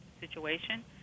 situation